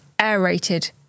Aerated